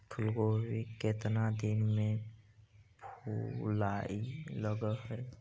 फुलगोभी केतना दिन में फुलाइ लग है?